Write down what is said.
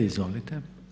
Izvolite.